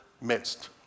midst